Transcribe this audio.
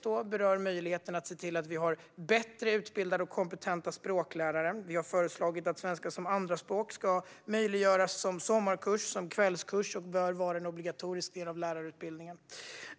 Det handlar om att få fler utbildade och kompetenta språklärare. Vi har föreslagit att svenska som andraspråk ska ges som sommarkurs och kvällskurs, och det bör vara en obligatorisk del av lärarutbildningen.